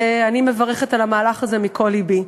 ואני מברכת על המהלך הזה מכל לבי.